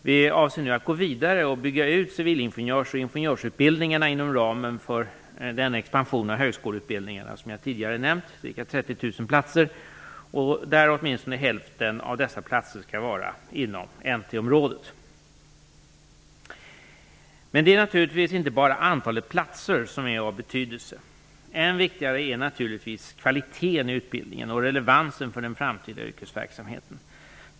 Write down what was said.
Vi avser nu att gå vidare och bygga ut civilingenjörsoch ingenjörsutbildningarna inom ramen för den expansion av högskoleutbildningarna med 30 000 ytterligare platser som regeringen presenterat och där minst hälften av dessa platser skall vara inom NT Men det är naturligtvis inte bara antalet platser som är av betydelse. Än viktigare är naturligtvis kvaliteten i utbildningen och relevansen för den framtida yrkesverksamheten.